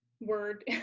word